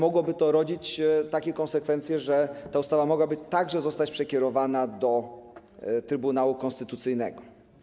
Mogłoby to rodzić takie konsekwencje, że ta ustawa mogłaby także zostać skierowana do Trybunału Konstytucyjnego.